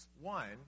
One